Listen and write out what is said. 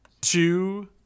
two